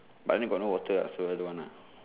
but then got no water so don't want ah